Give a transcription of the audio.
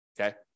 okay